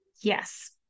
Yes